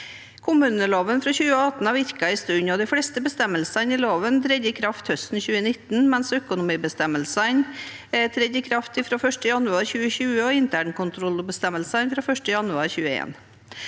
Kommuneloven fra 2018 har virket en stund. De fleste bestemmelsene i loven trådte i kraft høsten 2019, men økonomibestemmelsene trådte i kraft fra 1. januar 2020 og internkontrollbestemmelsene fra 1. januar 2021.